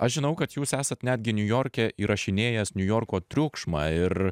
aš žinau kad jūs esat netgi niujorke įrašinėjęs niujorko triukšmą ir